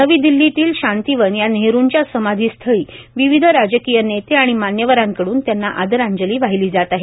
नवी दिल्लीतल्या शांतीवन या नेहरुंच्या समाधीस्थळी विविध राजकीय नेते आणि मान्यवरांकड्रन त्यांना आदरांजली वाहिली जात आहे